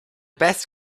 best